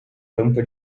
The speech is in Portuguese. tampa